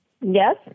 Yes